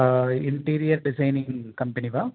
interior designing company वा